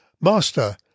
Master